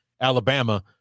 Alabama